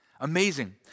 Amazing